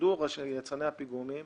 יתכבדו יצרני הפיגומים